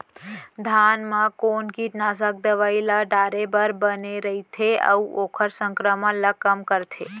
धान म कोन कीटनाशक दवई ल डाले बर बने रइथे, अऊ ओखर संक्रमण ल कम करथें?